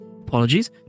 Apologies